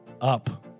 Up